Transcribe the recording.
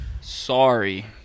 sorry